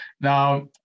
Now